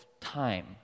time